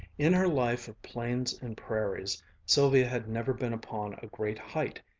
in her life of plains and prairies sylvia had never been upon a great height,